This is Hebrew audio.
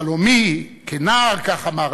חלומי כנער, כך אמרת,